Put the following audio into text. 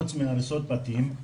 חוץ מהריסות בתים היא